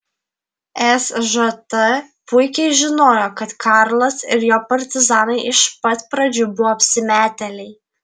sžt puikiai žinojo kad karlas ir jo partizanai iš pat pradžių buvo apsimetėliai